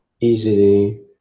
easily